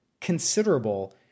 considerable